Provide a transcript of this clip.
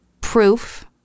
proof